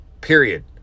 Period